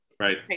Right